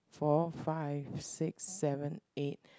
four five six seven eight